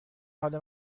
حال